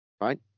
Right